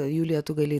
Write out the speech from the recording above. julija tu gali